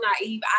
naive